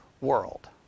world